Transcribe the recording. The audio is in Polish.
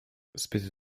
zbyt